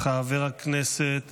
חבר הכנסת